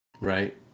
Right